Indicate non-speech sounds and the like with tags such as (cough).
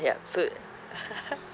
yup so (laughs)